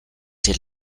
sin